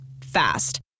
Fast